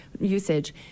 usage